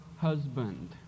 husband